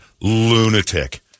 lunatic